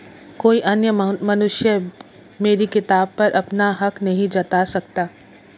कोई अन्य मनुष्य मेरी किताब पर अपना हक नहीं जता सकता